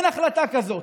אין החלטה כזאת,